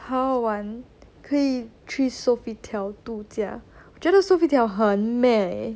好玩可以去 sofitel 度假我觉得 sofitel 很美